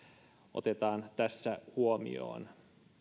otetaan tässä huomioon